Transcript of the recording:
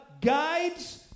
guides